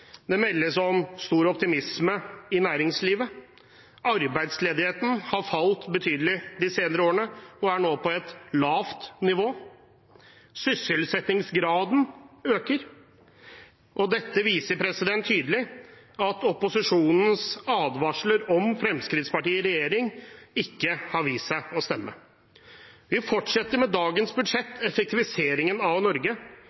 det meldes om stor optimisme i næringslivet. Arbeidsledigheten har falt betydelig de senere årene og er nå på et lavt nivå. Sysselsettingsgraden øker. Dette viser tydelig at opposisjonens advarsler om Fremskrittspartiet i regjering ikke har vist seg å stemme. Vi fortsetter med dagens budsjett effektiviseringen av Norge,